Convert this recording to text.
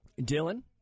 Dylan